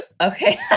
Okay